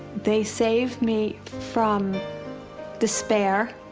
they saved me from despair.